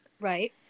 right